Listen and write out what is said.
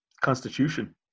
constitution